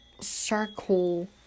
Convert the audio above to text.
circle